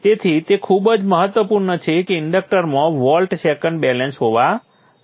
તેથી તે ખૂબ જ મહત્વપૂર્ણ છે કે ઇન્ડક્ટરમાં વોલ્ટ સેકન્ડ બેલેન્સ હોવ જોઈએ